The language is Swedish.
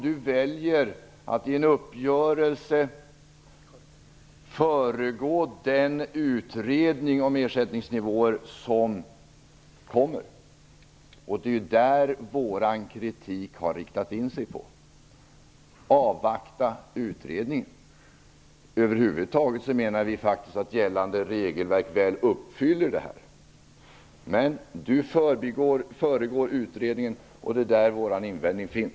Han väljer att i en uppgörelse föregå den utredning om ersättningsnivåer som kommer att läggas fram. Det är det som vår kritik avser. Avvakta utredningen! Över huvud taget menar vi faktiskt att gällande regelverk väl uppfyller det här. Andreas Carlgren föregår utredningen, och det är det vi har invändningar emot.